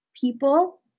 people